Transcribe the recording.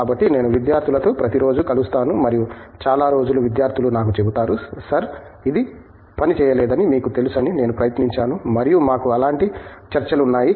కాబట్టి నేను విద్యార్థులతో ప్రతిరోజూ కలుస్తాను మరియు చాలా రోజులు విద్యార్థులు నాకు చెబుతారు సర్ ఇది పని చేయలేదని మీకు తెలుసని నేను ప్రయత్నించాను మరియు మాకు అలాంటి చర్చలు ఉన్నాయి